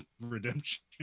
Redemption